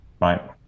right